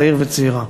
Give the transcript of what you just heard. צעיר וצעירה.